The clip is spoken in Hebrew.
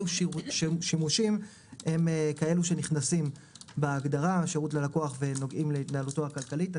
שימושים נכנסים בהגדרה השירות ללקוח ונוגעים להתנהלותו הכלכלית.